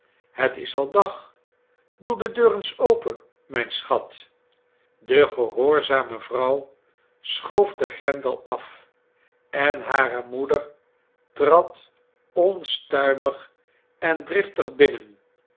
het is al dag doe de deur eens open mijn schat de gehoorzame vrouw schoof den grendel af en hare moeder trad onstuimig en driftig binnen